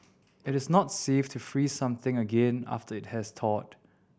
it is not safe to freeze something again after it has thawed